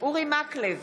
אורי מקלב,